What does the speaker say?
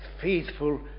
faithful